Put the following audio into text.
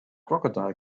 crocodile